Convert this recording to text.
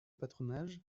patronage